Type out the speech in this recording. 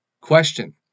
Question